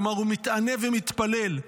כלומר הוא מתענה ומתפלל.